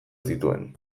zituen